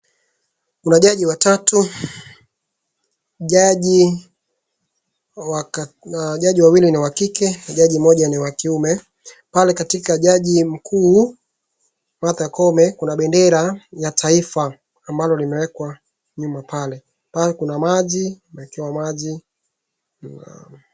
0kuna jaji watatu, jaji wawili ni wa kike na jaji mmoja ni wa kiume. Pale katika jaji mkuu Martha Koome kuna bendera ya taifa ambalo limeekwa nyuma pale. Pale kuna maji, ameekewa maji.